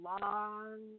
long